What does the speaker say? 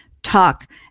Talk